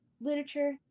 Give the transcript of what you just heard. literature